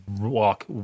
walk